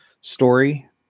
story